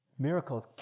Miracles